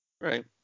Right